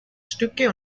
stücke